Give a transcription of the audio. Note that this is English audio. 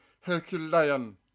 Herculean